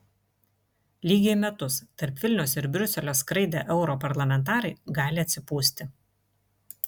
lygiai metus tarp vilniaus ir briuselio skraidę europarlamentarai gali atsipūsti